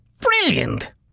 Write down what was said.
Brilliant